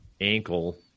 ankle